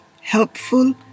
helpful